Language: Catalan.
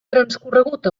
transcorregut